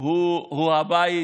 הוא הבית